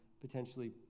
potentially